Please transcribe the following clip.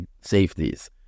safeties